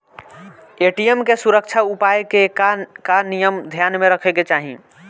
ATM के सुरक्षा उपाय के का का नियम ध्यान में रखे के चाहीं?